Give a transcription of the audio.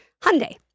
Hyundai